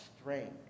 strength